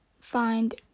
find